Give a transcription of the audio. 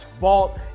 vault